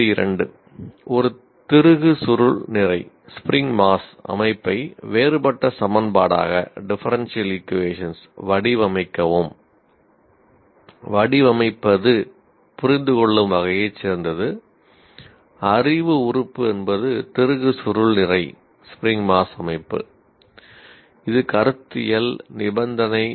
மாதிரி 2 ஒரு திருகு சுருள் நிறை இல்லை